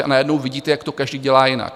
A najednou vidíte, jak to každý dělá jinak.